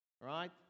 right